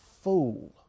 fool